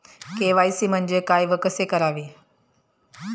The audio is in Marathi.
के.वाय.सी म्हणजे काय व कसे करावे?